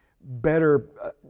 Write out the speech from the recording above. better